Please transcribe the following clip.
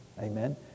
Amen